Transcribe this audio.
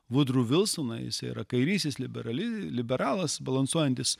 vudru vilsoną jisai yra kairysis liberali liberalas balansuojantis